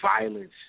violence